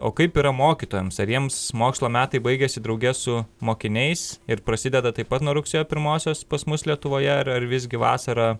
o kaip yra mokytojams ar jiems mokslo metai baigiasi drauge su mokiniais ir prasideda taip pat nuo rugsėjo pirmosios pas mus lietuvoje ar ar visgi vasarą